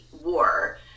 war